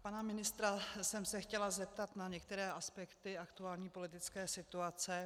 Pana ministra jsem se chtěla zeptat na některé aspekty aktuální politické situace.